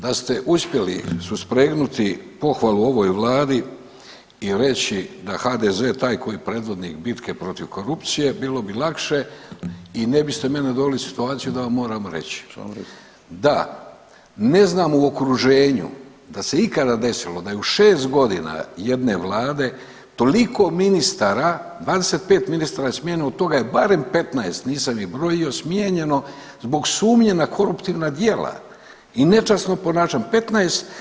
Da ste uspjeli suspregnuti pohvalu ovoj vladi i reći da HDZ taj koji je predvodnik bitke protiv korupcije bilo bi lakše i ne biste mene doveli u situaciju da vam moram reći [[Upadica: Samo recite.]] da ne znam u okruženju da se ikada desilo da je u 6 godina jedne vlade toliko ministara 25 ministara je smijenjeno od toga je barem 15, nisam ih brojio, smijenjeno zbog sumnje na koruptivna djela i nečasno ponašanje, 15.